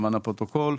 זה ניהול תקין?